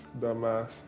dumbass